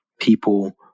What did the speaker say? people